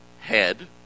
head